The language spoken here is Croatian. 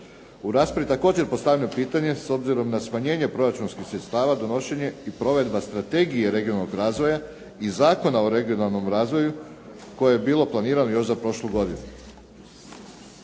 U raspravi je također postavljeno pitanje s obzirom na smanjenje proračunskih sredstava, donošenje i provedba Strategije regionalnog razvoja i Zakona o regionalnom razvoju koje je bilo planirano još za prošlu godinu.